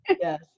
yes